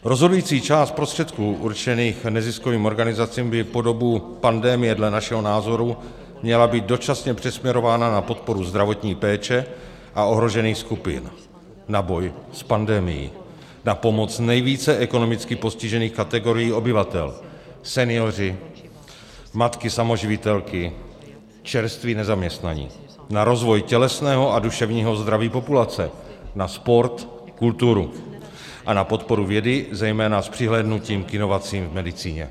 Rozhodující část prostředků určených neziskovým organizacím by po dobu pandemie dle našeho názoru měla být dočasně přesměrována na podporu zdravotní péče a ohrožených skupin na boj s pandemií, na pomoc nejvíce ekonomicky postižených kategorií obyvatel seniory, matky samoživitelky, čerstvé nezaměstnané na rozvoj tělesného a duševního zdraví populace, na sport, kulturu a na podporu vědy, zejména s přihlédnutím k inovacím v medicíně.